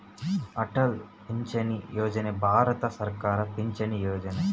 ಅಟಲ್ ಪಿಂಚಣಿ ಯೋಜನೆ ಭಾರತ ಸರ್ಕಾರದ ಪಿಂಚಣಿ ಯೊಜನೆ